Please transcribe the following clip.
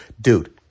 Dude